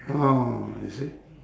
uh you see